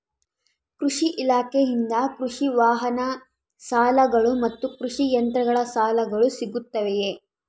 ಕೃಷಿ ಇಲಾಖೆಯಿಂದ ಕೃಷಿ ವಾಹನ ಸಾಲಗಳು ಮತ್ತು ಕೃಷಿ ಯಂತ್ರಗಳ ಸಾಲಗಳು ಸಿಗುತ್ತವೆಯೆ?